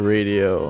Radio